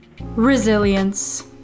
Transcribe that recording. Resilience